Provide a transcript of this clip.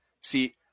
See